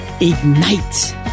Ignite